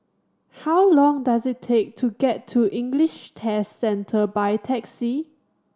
how long does it take to get to English Test Centre by taxi